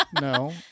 No